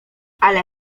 ale